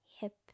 hip